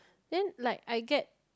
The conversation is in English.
then like I get